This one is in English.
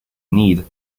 need